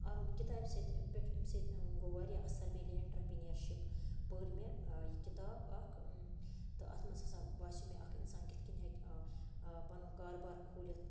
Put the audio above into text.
اَمہِ کِتابہِ سۭتۍ اَمہِ پٮ۪ٹھٕ اَمہِ سۭتۍ گوٚو واریاہ اَثر میلے انٹَرپِیٖنَرشِپ پٔر مےٚ آ یہِ کِتاب اَکھ تہٕ اَتھ منٛز ہَسا باسٮ۪و مےٚ اَکھ اِنسان کِتھٕ کٔنۍ ہیٚکہِ آ پَنُن کاربار کھوٗلِتھ